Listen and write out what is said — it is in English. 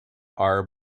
are